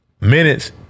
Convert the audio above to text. minutes